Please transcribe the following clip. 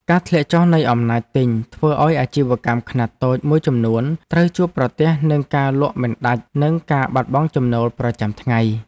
ការធ្លាក់ចុះនៃអំណាចទិញធ្វើឱ្យអាជីវកម្មខ្នាតតូចមួយចំនួនត្រូវជួបប្រទះនឹងការលក់មិនដាច់និងការបាត់បង់ចំណូលប្រចាំថ្ងៃ។